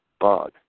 bug